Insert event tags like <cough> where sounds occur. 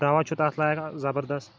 دَوا چھُ تَتھ <unintelligible> زَبردست